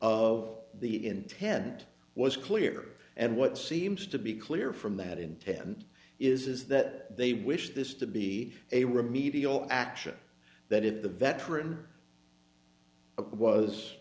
of the intent was clear and what seems to be clear from that intent is that they wish this to be a remedial action that if the veteran